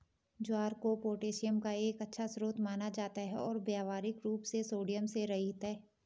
ज्वार को पोटेशियम का एक अच्छा स्रोत माना जाता है और व्यावहारिक रूप से सोडियम से रहित है